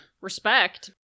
respect